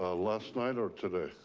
ah last night or today?